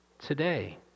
today